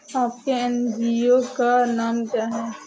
आपके एन.जी.ओ का नाम क्या है?